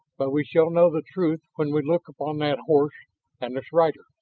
but we shall know the truth when we look upon that horse and its rider.